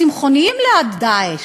צמחו על אותה צלחת פטרי של האסלאם